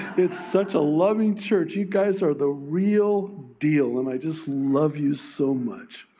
it's such a loving church. you guys are the real deal and i just love you so much.